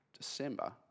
December